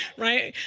right?